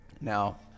Now